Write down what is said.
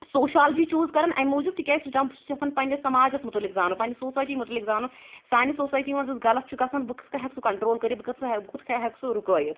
sociology چیٛوٗز کران اَمہِ موٗجوب تِکیٛازِ سُہ چھُ دپان بہٕ چھُس یَژھان پَننِس سماجَس متعلق زانُن پَننہِ سوسایٹی متعلق زانُن سانہِ سوسایٹی مَنٛز یُس غلط چھُ گَژھان بہٕ کٕتھ کٕنۍ ہیٚکہٕ سُہ کنٹرٛول کٔرِتھ بہٕ کٕتھ کٕنۍ ہیٚکہٕ سُہ رُکٲیِتھ